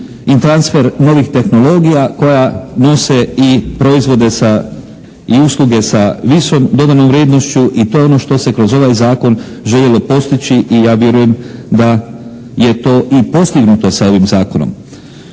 i transfer novih tehnologija, koja nose i proizvode sa i usluge sa višom dodanom vrijednošću i to je ono što se kroz ovaj zakon željelo postići i ja vjerujem da je to i postignuto sa ovim zakonom.